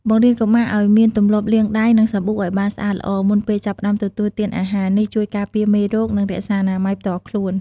បង្រៀនកុមារឲ្យមានទម្លាប់លាងដៃនឹងសាប៊ូឲ្យបានស្អាតល្អ មុនពេលចាប់ផ្តើមទទួលទានអាហារ នេះជួយការពារមេរោគ និងរក្សាអនាម័យផ្ទាល់ខ្លួន។